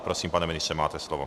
Prosím, pane ministře, máte slovo.